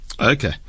Okay